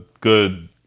good